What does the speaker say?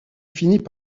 finit